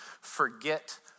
forget